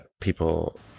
people